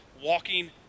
walking